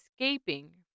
escaping